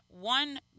one